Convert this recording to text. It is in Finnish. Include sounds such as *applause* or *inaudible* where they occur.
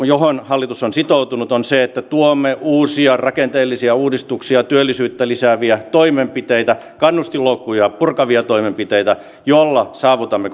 *unintelligible* johon hallitus on sitoutunut on se että tuomme uusia rakenteellisia uudistuksia työllisyyttä lisääviä toimenpiteitä kannustinloukkuja purkavia toimenpiteitä joilla saavutamme *unintelligible*